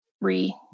re